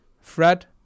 Fred